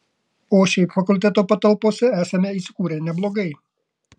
o šiaip fakulteto patalpose esame įsikūrę neblogai